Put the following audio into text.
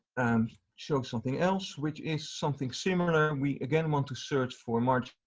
and show something else which is something similar. we again want to search for marginalia,